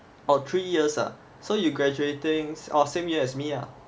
orh three years ah orh so you're graduating or same year as me ah